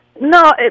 No